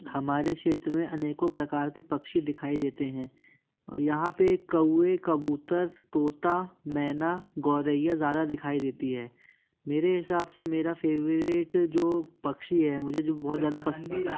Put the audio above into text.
हमारे क्षेत्र में अनेकों प्रकार के पक्षी दिखाई देते हैं और यहाँ पे कौवे कबूतर तोता मैना गौरैया ज़्यादा दिखाई देती है मेरे हिसाब से मेरा फेवरेट जो पक्षी है मुझे जो बहुत ज़्यादा पसंद भी